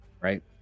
Right